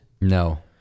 No